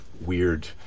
weird